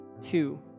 Two